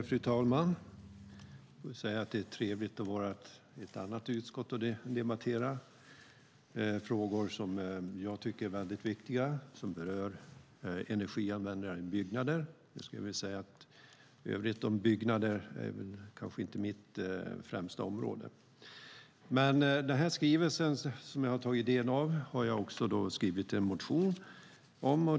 Fru talman! Det är trevligt att debattera i ett annat utskott än vanligt och att debattera frågor som jag tycker är viktiga och som berör energianvändningen i byggnader. I övrigt är byggnader kanske inte mitt främsta område. Skrivelsen som jag har tagit del av har jag också skrivit en motion om.